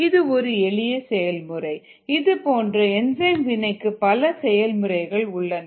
இது ஒரு எளிய செயல்முறை இது போன்று என்சைம் வினைக்கு பல செயல்முறைகள் உள்ளன